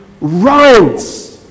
Runs